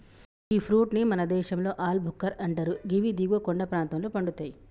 గీ fruit ని మన దేశంలో ఆల్ భుక్కర్ అంటరు గివి దిగువ కొండ ప్రాంతంలో పండుతయి